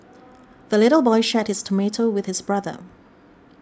the little boy shared his tomato with his brother